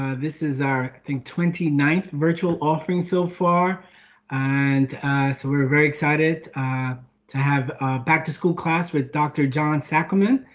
ah this is our twenty ninth virtual offering so far and so we're very excited to have back to school class with doctor john sacrament.